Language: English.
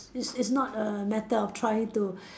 it's it's not a matter of trying to